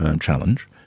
challenge